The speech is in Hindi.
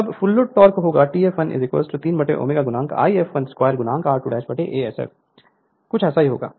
तब फुल लोड टॉर्क होगा T fl 3ω I fl2 r2a Sf जैसा ही होगा